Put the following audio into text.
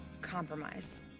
compromise